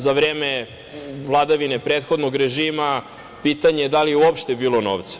Za vreme vladavine prethodnog režima pitanje je da li je uopšte bilo novca.